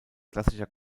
klassischer